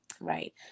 Right